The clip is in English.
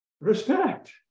respect